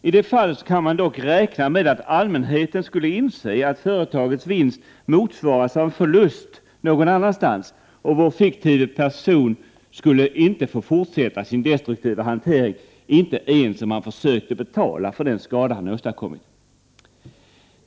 I det fallet kan man dock räkna med att allmänheten skulle inse att företagets vinst motsvaras av en förlust någon annanstans, och vår fiktive person skulle inte få fortsätta sin destruktiva hantering, ens om han försökte betala för den skada han åstadkommit.